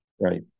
Right